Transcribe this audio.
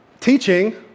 teaching